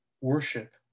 worship